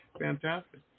Fantastic